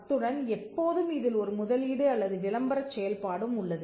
அத்துடன் எப்போதும் இதில் ஒரு முதலீடு அல்லது விளம்பரச் செயல்பாடும் உள்ளது